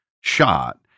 shot